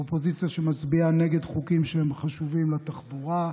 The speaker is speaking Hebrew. אופוזיציה שמצביעה נגד חוקים שהם חשובים לתחבורה,